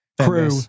crew